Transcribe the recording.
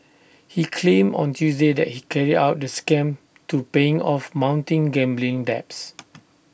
he claimed on Tuesday that he carried out the scam to paying off mounting gambling debts